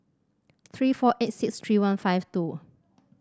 three four eight six three one five two